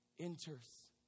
enters